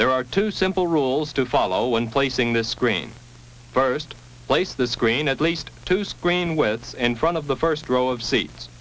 there are two simple rules to follow when placing the screen first place the screen at least two screen with in front of the first row of seats